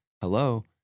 hello